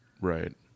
Right